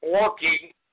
working